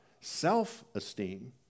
self-esteem